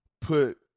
put